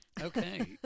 Okay